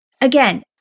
Again